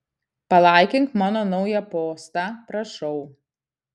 palaikink mano naują postą prašau